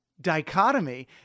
dichotomy